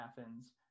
Athens